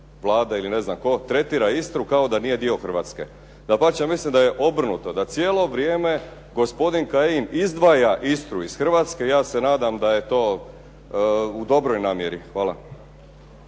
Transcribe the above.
Vlada ili ne znam tko tretira Istru kao da nije dio Hrvatske. Dapače, ja mislim da je obrnuto, da cijelo vrijeme gospodin Kajin izdvaja Istru iz Hrvatske. Ja se nadam da je to u dobroj namjeri. Hvala.